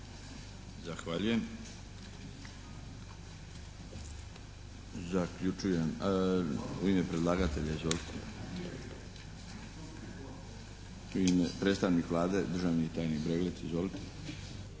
Zahvaljujem. Zaključujem. U ime predlagatelja izvolite. U ime, predstavnik Vlade, državni tajnik Breglec, izvolite.